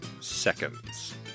Seconds